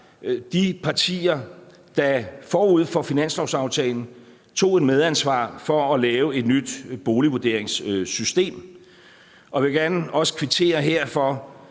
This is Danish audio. de partier, der forud for finanslovsaftalen tog et medansvar for at lave et nyt boligvurderingssystem. Jeg vil også gerne her kvittere for,